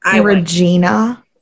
Regina